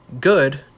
Good